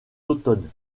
automne